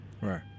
Right